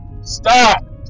Stop